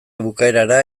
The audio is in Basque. bukaerara